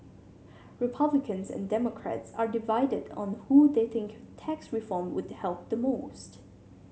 republicans and Democrats are divided on who they think tax reform would help the most